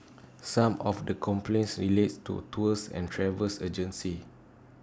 some of the complaints relate to tours and travel agencies